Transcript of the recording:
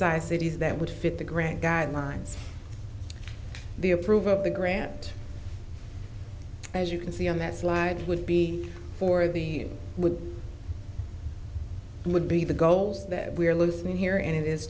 sized cities that would fit the grant guidelines the approval of the grant as you can see on that slide would be for the would would be the goals that we are listening here and it is